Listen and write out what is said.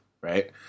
right